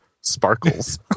sparkles